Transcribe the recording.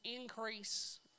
increase